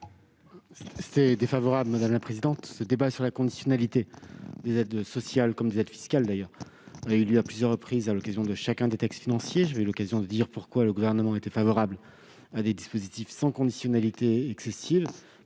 un avis défavorable. Quel est l'avis du Gouvernement ? Le débat sur la conditionnalité des aides sociales, comme des aides fiscales, d'ailleurs, a eu lieu à plusieurs reprises à l'occasion de chacun des textes financiers. J'ai donc déjà eu l'occasion de dire pourquoi le Gouvernement était favorable à des dispositifs sans conditionnalité excessive.